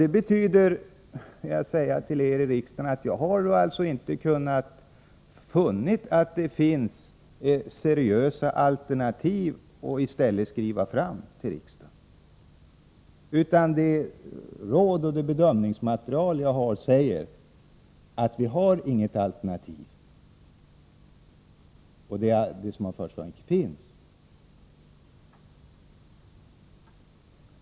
| Det betyder, vill jag säga till er i riksdagen, att jag inte har funnit att det finns seriösa alternativ att skriva till riksdagen om. De råd och det bedömningsmaterial jag har fått säger att vi inte har något alternativ och att det som har förts fram inte finns.